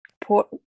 port